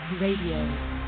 Radio